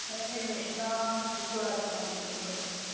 नहीं नहीं कृष्णा चित्तोड़ा के नाम से बुक करी है